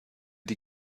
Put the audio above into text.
die